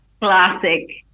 Classic